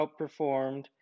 outperformed